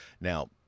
Now